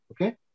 Okay